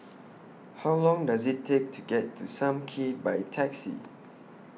How Long Does IT Take to get to SAM Kee By Taxi